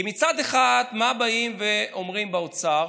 כי מצד אחד, מה באים ואומרים באוצר?